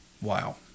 Wow